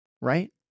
right